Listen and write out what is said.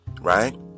Right